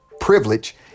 privilege